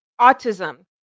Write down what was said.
autism